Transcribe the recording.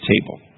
table